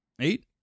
Eight